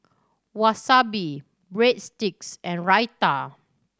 Wasabi Breadsticks and Raita